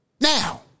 Now